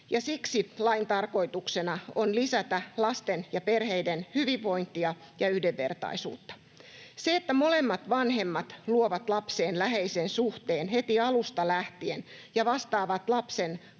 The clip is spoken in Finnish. Siksi lain tarkoituksena on lisätä lasten ja perheiden hyvinvointia ja yhdenvertaisuutta. Se, että molemmat vanhemmat luovat lapseen läheisen suhteen heti alusta lähtien ja vastaavat lapsen hoivasta,